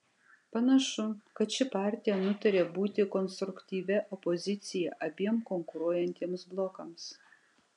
panašu kad ši partija nutarė būti konstruktyvia opozicija abiem konkuruojantiems blokams